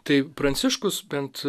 tai pranciškus bent